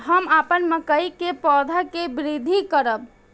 हम अपन मकई के पौधा के वृद्धि करब?